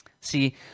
See